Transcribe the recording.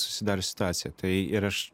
susidariusią situaciją tai ir aš